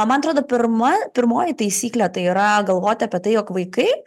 man atrodo pirma pirmoji taisyklė tai yra galvoti apie tai jog vaikai